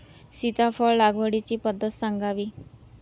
सीताफळ लागवडीची पद्धत सांगावी?